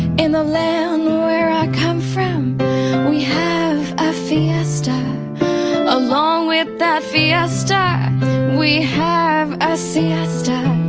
in the land where i come from we have a fiesta along with that fiesta we have a siesta